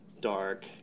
dark